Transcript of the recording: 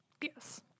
Yes